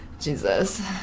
Jesus